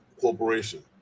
Corporation